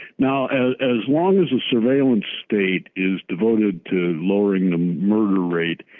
now as as long as the surveillance state is devoted to lowering the murder rate,